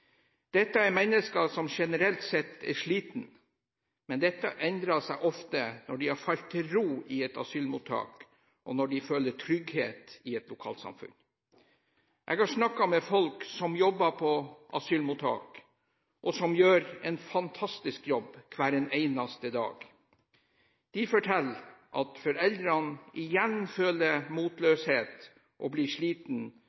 Dette er mennesker som generelt sett er slitne, men det endrer seg ofte når de har falt til ro i et asylmottak, og når de føler trygghet i et lokalsamfunn. Jeg har snakket med folk som jobber på asylmottak, og som gjør en fantastisk jobb hver eneste dag. De forteller at foreldrene igjen føler